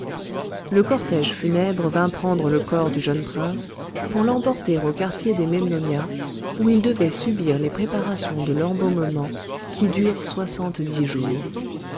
le cortège funèbre vint prendre le corps du jeune prince pour l'emporter au quartier des memnonia où il devait subir les préparations de l'embaumement qui durent soixante-dix jours